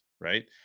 right